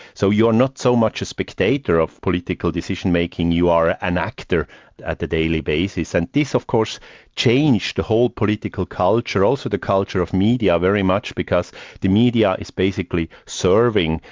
so you're not so much a spectator of political decision-making, you are an actor at the daily basis, and this of course changed the whole political culture, also the culture of media very much, because the media is basically serving,